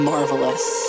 Marvelous